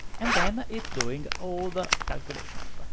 and then it's doing all the calculations. ah